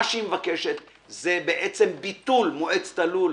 מה שהיא מבקשת זה בעצם ביטול מועצת הלול,